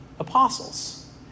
Apostles